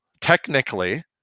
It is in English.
technically